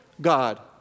God